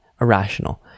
irrational